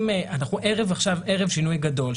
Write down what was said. אנחנו עכשיו ערב שינוי גדול,